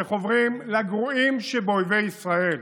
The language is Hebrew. שחוברים לגרועים שבאויבי ישראל,